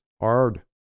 Hard